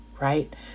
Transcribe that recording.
right